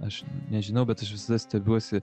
aš nežinau bet aš visada stebiuosi